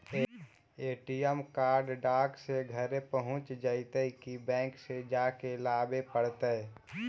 ATM card डाक से घरे पहुँच जईतै कि बैंक में जाके लाबे पड़तै?